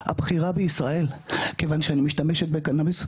הבחירה בישראל כיוון שאני משתמשת בקנאביס,